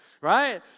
right